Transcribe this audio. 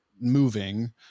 moving